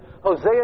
Hosea